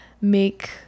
make